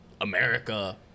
America